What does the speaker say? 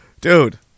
dude